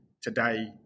Today